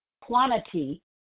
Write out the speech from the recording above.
Quantity